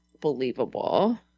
believable